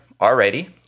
already